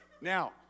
Now